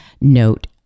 note